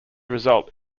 result